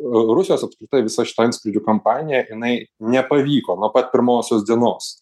rusijos apskritai visa šita antskrydžių kampanija jinai nepavyko nuo pat pirmosios dienos